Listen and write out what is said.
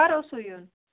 کَر اوسوٕ یُن